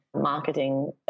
marketing